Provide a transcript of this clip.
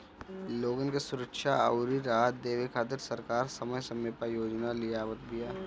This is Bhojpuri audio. लोगन के सुरक्षा अउरी राहत देवे खातिर सरकार समय समय पअ योजना लियावत बिया